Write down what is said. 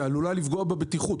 שעלולה לפגוע בבטיחות.